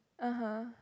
(uh huh)